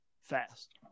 fast